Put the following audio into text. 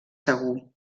segur